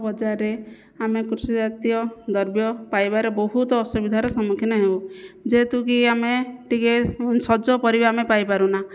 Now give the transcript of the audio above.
ବଜାରରେ ଆମେ କୃଷି ଜାତୀୟ ଦ୍ରବ୍ୟ ପାଇବାରେ ବହୁତ ଅସୁବିଧାର ସମ୍ମୁଖୀନ ହେଉ ଯେହେତୁକି ଆମେ ଟିକିଏ ସଜ ପରିବା ଆମେ ପାଇ ପାରୁନା